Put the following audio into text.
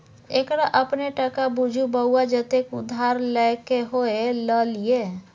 एकरा अपने टका बुझु बौआ जतेक उधार लए क होए ल लिअ